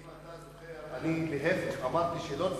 אם אתה זוכר, אני אמרתי שלא צריך,